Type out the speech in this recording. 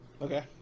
Okay